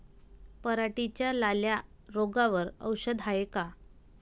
पराटीच्या लाल्या रोगावर औषध हाये का?